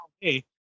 hey